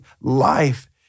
life